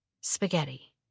Spaghetti